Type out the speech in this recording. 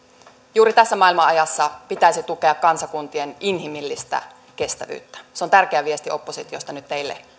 juuri tässä maailmanajassa pitäisi tukea kansakuntien inhimillistä kestävyyttä se on tärkeä viesti oppositiosta nyt teille